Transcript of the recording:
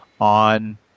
on